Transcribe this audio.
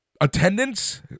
Attendance